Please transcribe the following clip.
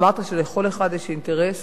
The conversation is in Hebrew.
אמרת שלכל אחד יש אינטרסים,